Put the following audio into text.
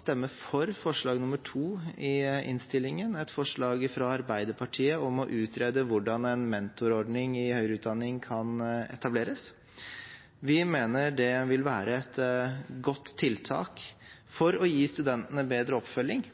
stemme for forslag nr. 2 i innstillingen, et forslag fra Arbeiderpartiet om å utrede hvordan en mentorordning i høyere utdanning kan etableres. Vi mener det vil være et godt tiltak for å gi studentene bedre oppfølging